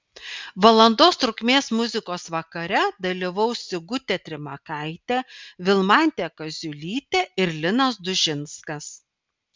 valandos trukmės muzikos vakare dalyvaus sigutė trimakaitė vilmantė kaziulytė ir linas dužinskas